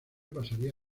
pasaría